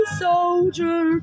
soldier